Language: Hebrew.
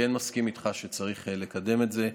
אני כן מסכים איתך שצריך לקדם את זה.